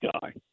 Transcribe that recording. guy